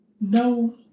no